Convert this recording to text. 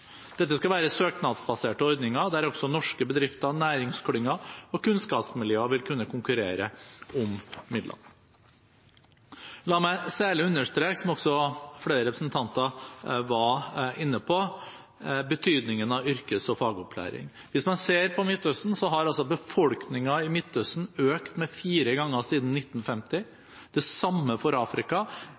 Dette skal være søknadsbaserte ordninger der også norske bedrifter, næringsklynger og kunnskapsmiljøer vil kunne konkurrere om midler. La meg særlig understreke – noe også flere representanter har vært inne på – betydningen av yrkes- og fagopplæring. Hvis man ser på Midtøsten, har befolkningen der økt fire ganger siden 1950. Det samme har skjedd i Afrika – det er fire ganger flere innbyggere i Afrika